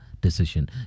decision